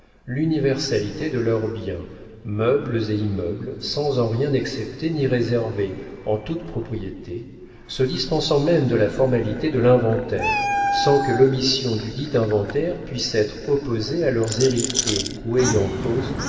l'universalité de leurs biens meubles et immeubles sans en rien excepter ni réserver en toute propriété se dispensant même de la formalité de l'inventaire sans que l'omission dudit inventaire puisse être opposée à leurs héritiers ou ayants cause